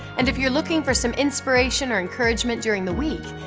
and if you're looking for some inspiration or encouragement during the week,